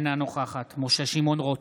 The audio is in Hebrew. אינה נוכחת משה רוט,